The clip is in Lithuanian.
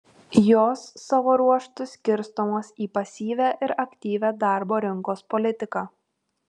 jos savo ruožtu skirstomos į pasyvią ir aktyvią darbo rinkos politiką